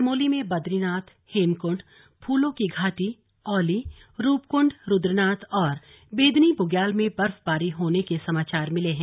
चमोली में बद्रीनाथ हेमकुंड फूलो की घाटी औली रूपक्ंड रुद्रनाथ और बेदिनी बुग्याल में बर्फबारी होने के समाचार मिले हैं